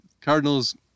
Cardinals